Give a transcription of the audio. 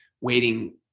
waiting